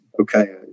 Okay